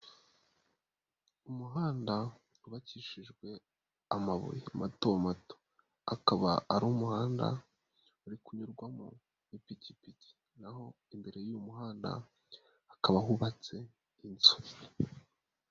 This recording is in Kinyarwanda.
Umuhanda wubakishijwe amabuye mato mato, akaba ari umuhanda uri kunyurwamo n'ipikipiki, naho imbere y'uyu muhanda hakaba hubatse inzu.